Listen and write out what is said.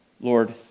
Lord